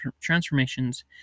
transformations